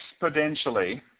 exponentially